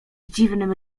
dziwnym